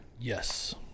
yes